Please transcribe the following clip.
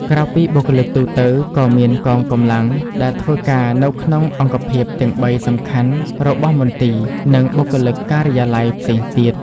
ក្រៅពីបុគ្គលិកទូទៅ ក៏មានកងកម្លាំងដែលធ្វើការនៅក្នុងអង្គភាពទាំងបីសំខាន់របស់មន្ទីរ និងបុគ្គលិកការិយាល័យផ្សេងទៀត។